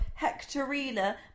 hectorina